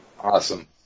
awesome